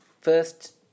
First